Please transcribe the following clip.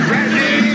Ready